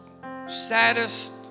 saddest